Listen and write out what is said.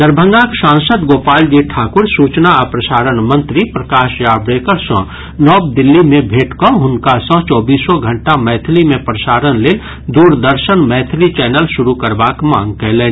दरभंगाक सांसद गोपाल जी ठाकुर सूचना आ प्रसारण मंत्री प्रकाश जावड़ेकर सँ नव दिल्ली मे भेंट कऽ हुनका सँ चौबीसो घंटा मैथिली मे प्रसारण लेल दूरदर्शन मैथिली चैनल शुरू करबाक मांग कयलनि